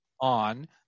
on